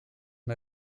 mal